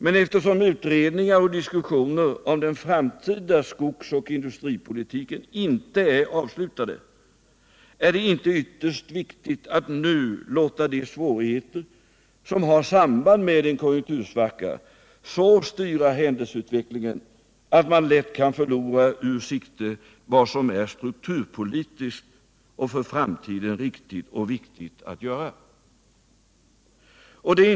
Men eftersom utredningarna och diskussionerna om den framtida skogsoch industripolitiken inte är avslutade, är det ytterst viktigt att inte nu låta de svårigheter som har samband med konjunktursvackan så styra utvecklingen att man lätt förlorar ur sikte vad det för framtiden är viktigt och riktigt att göra när det gäller strukturpolitiken.